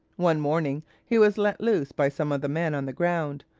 one morning he was let loose by some of the men on the ground,